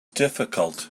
difficult